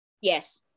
Yes